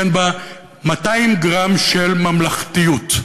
שאין בה 200 גרם של ממלכתיות.